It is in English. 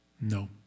No